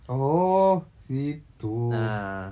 oh situ